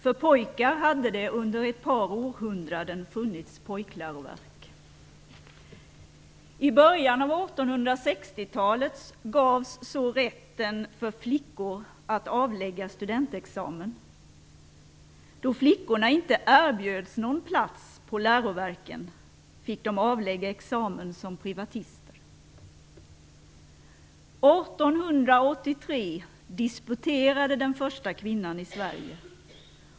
För pojkar hade det under ett par århundraden funnits pojkläroverk. I början av 1860-talet gavs så rätten för flickor att avlägga studentexamen. Då flickorna inte erbjöds någon plats på läroverken fick de avlägga examen som privatister. År 1883 disputerade den första kvinnan i Sverige.